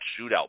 shootout